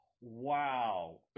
wow